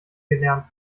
gelernt